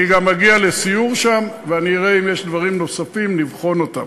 אני גם אגיע לסיור שם ואני אראה אם יש דברים נוספים לבחון אותם.